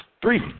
Three